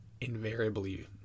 invariably